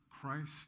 Christ